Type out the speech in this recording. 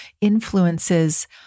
influences